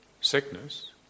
sickness